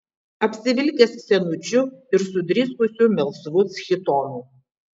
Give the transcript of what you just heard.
apsivilkęs senučiu ir sudriskusiu melsvu chitonu